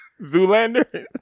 Zoolander